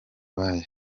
bayo